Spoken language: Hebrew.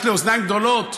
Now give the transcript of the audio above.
יש לי אוזניים גדולות,